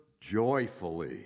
joyfully